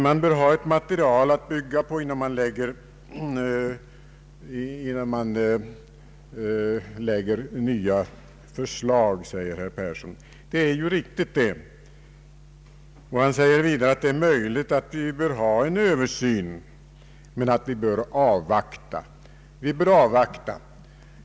Man bör ha ett material att bygga på innan man framlägger nya förslag, säger herr Fritz Persson, och det är riktigt. Han säger vidare att det är möjligt att en översyn bör komma till stånd men att vi skall avvakta.